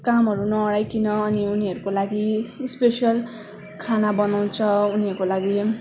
कामहरू नअह्राइकन अनि उनीहरूको लागि स्पेसल खाना बनाउँछ उनीहरूको लागि होइन